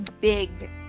big